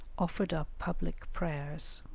offered up public prayers.